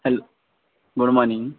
hello good morning